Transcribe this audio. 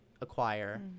acquire